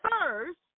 first